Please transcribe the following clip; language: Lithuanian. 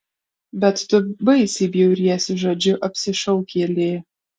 bet tu baisiai bjauriesi žodžiu apsišaukėlė